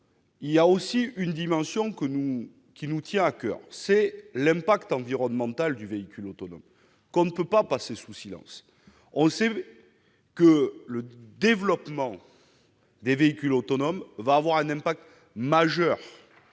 Il y a une autre dimension qui nous tient à coeur : l'impact environnemental du véhicule autonome, que l'on ne peut pas passer sous silence. On le sait, le développement des véhicules autonomes aura un effet majeur